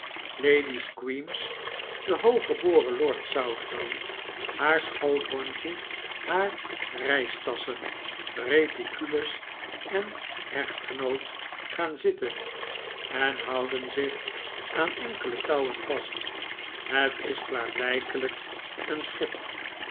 lady squeams de hooggeboren lord southdown haar schoothondje haar reistasschen reticules en echtgenoot gaan zitten en houden zich aan enkele touwen vast het is klaarblijkelijk een schip